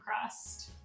crust